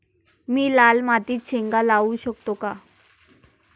मी लाल मातीत शेंगा लावू शकतो का?